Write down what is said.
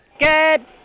Good